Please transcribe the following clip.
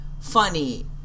funny